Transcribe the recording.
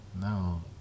no